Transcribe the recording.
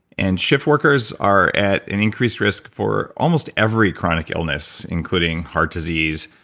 and shift workers are at an increased risk for almost every chronic illness, including heart disease,